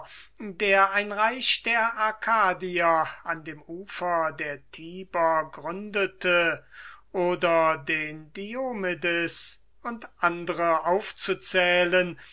der ein reich der arkadier an dem ufer der tiber gründete oder den diomedes und andre aufzuzählen